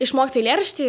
išmokti eilėraštį